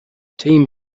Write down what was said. team